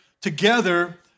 together